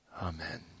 Amen